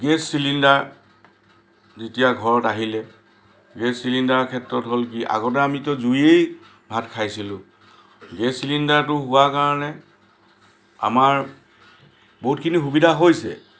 সেই চিলিণ্ডাৰ যেতিয়া ঘৰত আহিলে সেই চিলিণ্ডাৰ ক্ষেত্ৰত হ'ল কি আগতে আমি তো জুইয়ে ভাত খাইছিলোঁ গেছ চিলিণ্ডাৰটো হোৱাৰ কাৰণে আমাৰ বহুতখিনি সুবিধা হৈছে